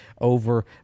over